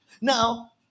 Now